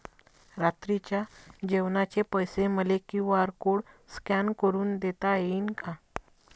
रात्रीच्या जेवणाचे पैसे मले क्यू.आर कोड स्कॅन करून देता येईन का?